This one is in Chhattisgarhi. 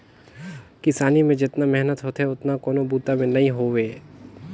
किसानी में जेतना मेहनत होथे ओतना कोनों बूता में नई होवे